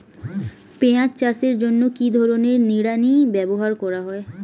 পিঁয়াজ চাষের জন্য কি ধরনের নিড়ানি ব্যবহার করা হয়?